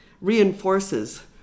reinforces